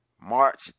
March